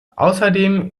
ausserdem